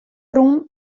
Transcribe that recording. rûn